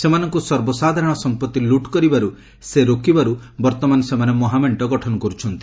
ସେମାନଙ୍କୁ ସର୍ବସାଧାରଣ ସମ୍ପଭି ଲୁଟ୍ କରିବାରୁ ସେ ରୋକିବାରୁ ବର୍ତ୍ତମାନ ସେମାନେ ମହାମେଣ୍ଟ ଗଠନ କରୁଛନ୍ତି